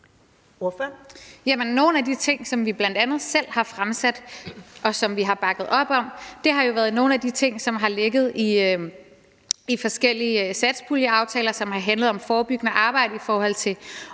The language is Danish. Noget det, som vi bl.a. selv har fremsat, og som vi har bakket op om, har jo været nogle af de ting, som har ligget i forskellige satspuljeaftaler, som har handlet om forebyggende arbejde i forhold til